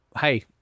hey